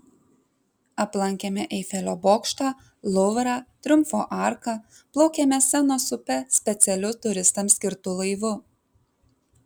aplankėme eifelio bokštą luvrą triumfo arką plaukėme senos upe specialiu turistams skirtu laivu